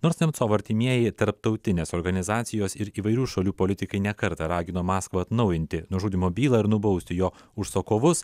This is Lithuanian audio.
nors nemcovo artimieji tarptautinės organizacijos ir įvairių šalių politikai ne kartą ragino maskvą atnaujinti nužudymo bylą ir nubausti jo užsakovus